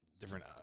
different –